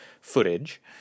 footage